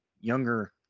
younger